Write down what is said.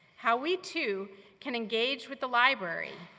how we too can engage with the library,